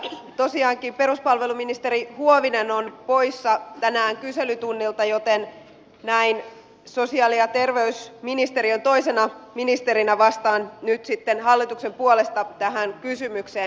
tosiaankin peruspalveluministeri huovinen on poissa tänään kyselytunnilta joten sosiaali ja terveysministeriön toisena ministerinä vastaan nyt sitten hallituksen puolesta tähän kysymykseen